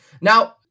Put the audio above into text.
Now